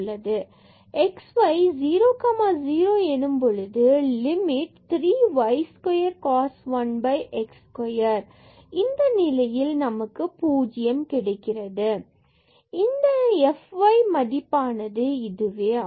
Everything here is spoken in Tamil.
xy 00 எனும் போது limit limit 3 y square cos 1 x square இந்த நிலையில் நமக்கு 0 கிடைக்கிறது fyxy3y2cos 1x2 x≠0 0x0 fyxy 0 இதன் fy 00 மதிப்பானது இதுவே ஆகும்